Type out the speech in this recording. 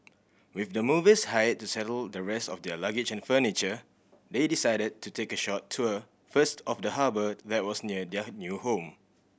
with the movers hired to settle the rest of their luggage and furniture they decided to take a short tour first of the harbour that was near their new home